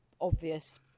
obvious